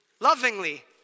lovingly